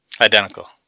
Identical